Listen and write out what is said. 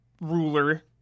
ruler